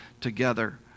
together